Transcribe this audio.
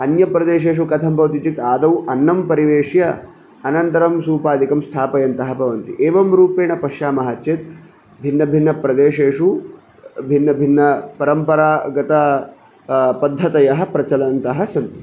अन्यप्रदेशेषु कथं भवति इत्यु्कते आदौ अन्नं परिवेश्य अनन्तरं सूपादिकं स्थापयन्तः भवन्ति एवं रूपेण पश्यामः चेत् भिन्नभिन्नप्रदेशेषु भिन्नभिन्नपरम्परागत पद्धतयः प्रचलन्तः सन्ति